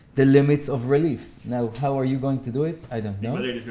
the limits of reliefs. now how are you going to do it? i don't